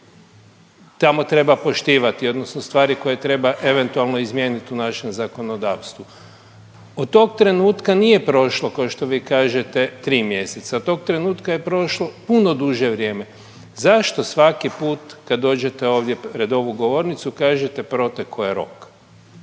koja tamo treba poštivati odnosno stvari koje treba eventualno izmjenit u našem zakonodavstvu. Od tog trenutka nije prošlo kao što vi kažete tri mjeseca, od tog trenutka je prošlo puno duže vrijeme. Zašto svaki put kad dođete ovdje pred ovu govornicu kažete protekao je rok.